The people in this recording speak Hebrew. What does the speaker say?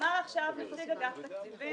אמר עכשיו נציג אגף התקציבים